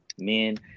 Men